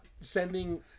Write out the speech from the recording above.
sending